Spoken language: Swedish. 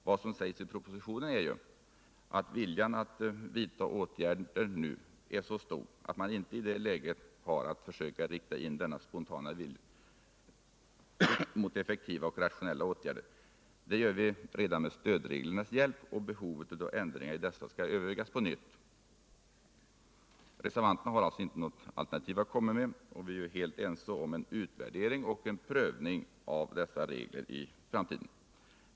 Vad som sägs i propositionen är ju att viljan att vidta åtgärder nu är så stor att man i det läget har att försöka rikta in denna spontana vilja mot effektiva och rationella åtgärder. Det gör vi redan med stödreglernas hjälp, och behovet av ändringar i dessa skall övervägas på nytt. Reservanterna har inte något alternativ att komma med. Vi är ju helt ense 67 om en utvärdering och om en prövning av dessa regler.